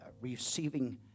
receiving